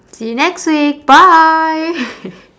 see you next week bye